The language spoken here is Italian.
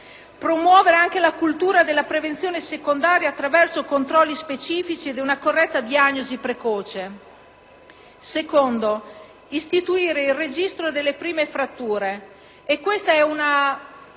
promuovere anche la cultura della prevenzione secondaria attraverso controlli specifici ed una corretta diagnosi precoce. In secondo luogo, si chiede di istituire il registro delle prime fratture. Questa è una